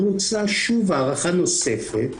בוצעה שוב הערכה נוספת.